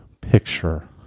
picture